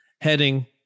Heading